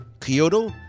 Kyoto